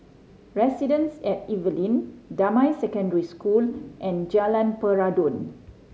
residence at Evelyn Damai Secondary School and Jalan Peradun